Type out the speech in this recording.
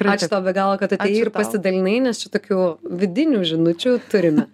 ačiū tau be galo kad atėjai ir pasidalinai nes čia tokių vidinių žinučių turime